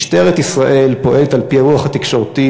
משטרת ישראל פועלת על-פי הרוח התקשורתית,